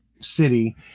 City